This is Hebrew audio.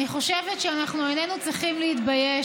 אני חושבת שאיננו צריכים להתבייש,